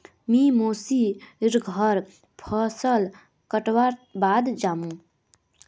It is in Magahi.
मी मोसी र घर फसल कटवार बाद जामु